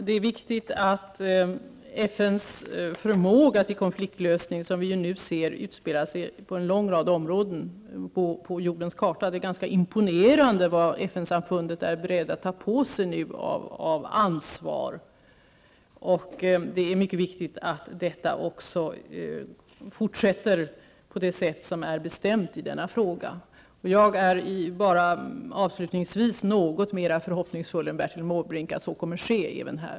Fru talman! FNs förmåga till konfliktlösning ser vi nu manifesterad på en lång rad områden på jordens karta. Det är ganska imponerande att se vad FN samfundet nu är berett att ta på sig av ansvar. Det är mycket viktigt att detta också fortsätter på det sätt som är bestämt i denna fråga. Jag är avslutningsvis något mer förhoppningsfull än Bertil Måbrink att så kommer att ske även här.